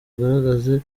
agaragaze